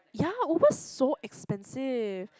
ya Uber is so expensive